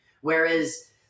Whereas